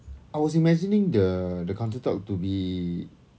I was imagining the the counter top to be